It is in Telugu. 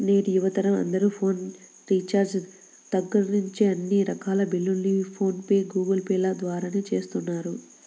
నేటి యువతరం అందరూ ఫోన్ రీఛార్జి దగ్గర్నుంచి అన్ని రకాల బిల్లుల్ని ఫోన్ పే, గూగుల్ పే ల ద్వారానే చేస్తున్నారు